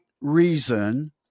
reason